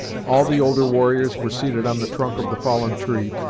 all the older warriors were seated on the trunk of the fallen tree,